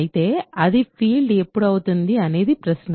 అయితే అది ఫీల్డ్ ఎప్పుడు అవుతుంది అనేదే ప్రశ్న